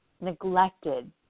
neglected